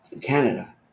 canada